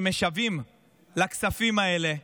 שמשוועים לכספים האלה,